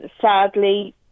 Sadly